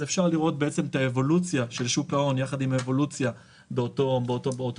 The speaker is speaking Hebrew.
אז אפשר לראות את האבולוציה של שוק ההון יחד עם האבולוציה באותו מכשיר.